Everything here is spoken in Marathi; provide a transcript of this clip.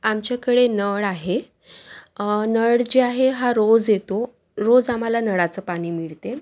आमच्याकळे नळ आहे नळ जे आहे हा रोज येतो रोज आम्हाला नळाचं पाणी मिळते